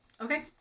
Okay